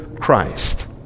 Christ